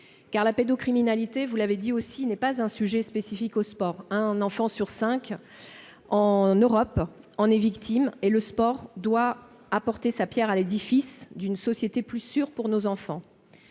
Car la pédocriminalité, vous l'avez dit aussi, n'est pas un sujet spécifique au sport : en Europe, un enfant sur cinq en est victime. Le sport doit apporter sa pierre à l'édifice d'une société plus sûre pour nos enfants.